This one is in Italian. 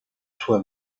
sua